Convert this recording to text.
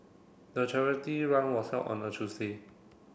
the charity run was held on a Tuesday